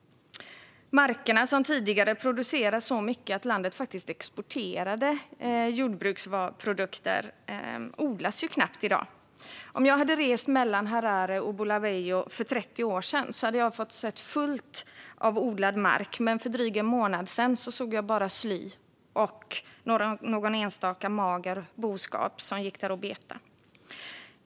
Markerna som tidigare producerade så mycket att landet exporterade jordbruksprodukter odlas knappt i dag. Om jag hade rest mellan Harare och Bulawayo för 30 år sedan hade jag fått se fullt av odlad mark. Men för en dryg månad sedan såg jag bara sly och någon enstaka mager boskap som gick där och betade.